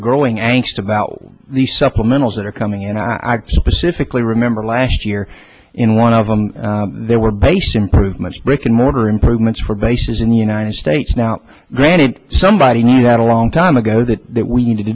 growing anxious about the supplementals that are coming in and i specifically remember last year in one of them there were based improvements brick and mortar improvement for bases in the united states now granted somebody knew that a long time ago that that we needed